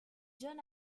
john